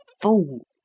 fool